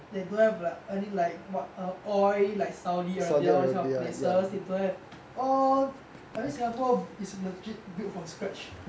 they don't have like early like what err oil like saudi arabia all these kinds of places they don't have all I mean singapore is legit built from scratch